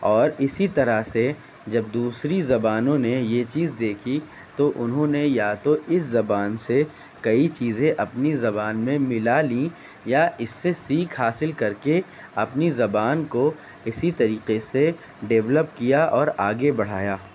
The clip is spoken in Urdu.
اوراسی طرح سے جب دوسری زبانوں نے یہ چیز دیکھی تو انہوں نے یا تو اس زبان سے کئی چیزیں اپنی زبان میں ملا لیں یا اس سے سیکھ حاصل کر کے اپنی زبان کو اسی طریقے سے ڈیولپ کیا اور آگے بڑھایا